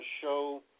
show